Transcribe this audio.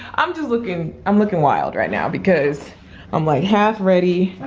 i'm just looking, i'm looking wild right now because i'm like half ready,